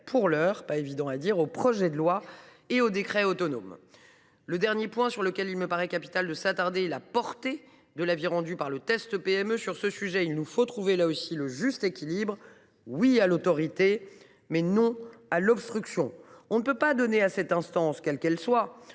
pour l’heure, qu’il convient de le circonscrire aux projets de loi et aux décrets autonomes. Le dernier point sur lequel il me paraît capital de s’attarder est la portée de l’avis qui suit le test PME. Sur ce sujet, il nous faut trouver le juste équilibre : oui à l’autorité, mais non à l’obstruction. On ne peut pas donner à cette instance, quelle qu’elle soit,